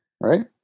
Right